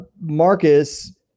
Marcus